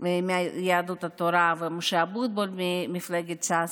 מיהדות התורה ומשה אבוטבול ממפלגת ש"ס.